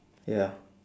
ya